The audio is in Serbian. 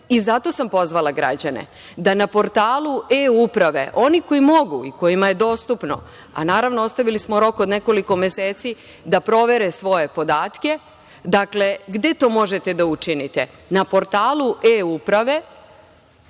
i zato sam pozvala građane da na portalu e-uprave oni koji mogu i kojima je dostupno, a naravno ostavili smo rok od nekoliko meseci da provere svoje podatke. Dakle, gde to možete da učinite na portalu e-uprave,